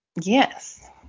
Yes